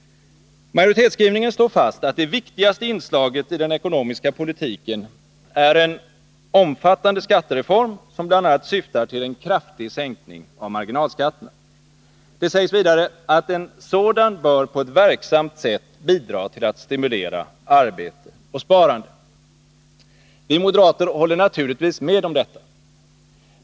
Majoritetsskrivningen slår fast att det viktigaste inslaget i den ekonomiska politiken ”är en omfattande skattereform som bl.a. syftar till en kraftig sänkning av marginalskatterna”. Det sägs vidare att ”en sådan bör på ett verksamt sätt bidra till att stimulera arbete och sparande”. Vi moderater håller naturligtvis med om detta.